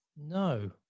No